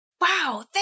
Wow